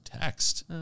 Text